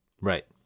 right